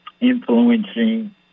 influencing